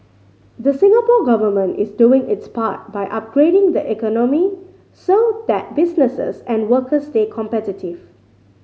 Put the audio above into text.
the Singapore Government is doing its part by upgrading the economy so that businesses and workers stay competitive